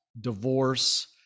divorce